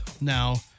now